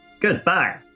Goodbye